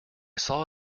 saw